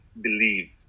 believe